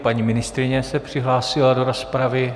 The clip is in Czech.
Paní ministryně se přihlásila do rozpravy.